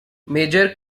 major